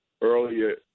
earlier